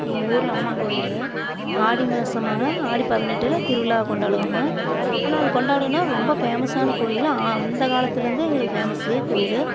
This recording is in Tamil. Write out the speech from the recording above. எங்கூரில் அம்மங்கோவில் ஆடி மாசமானால் ஆடி பதினெட்டில் திருவிழா கொண்டாடுவோங்க ஆனால் அது கொண்டாடினா ரொம்ப ஃபேமஸான கோவிலு அந்த காலத்திலேருந்து எங்களுக்கு ஃபேமஸு கோவிலு